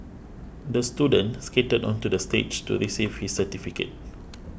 the student skated onto the stage to receive his certificate